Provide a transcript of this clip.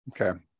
Okay